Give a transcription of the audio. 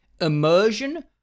immersion